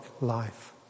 life